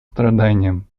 страданиям